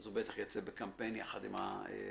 הוא בטח יצא בקמפיין יחד עם החברות.